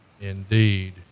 indeed